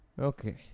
Okay